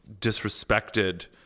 disrespected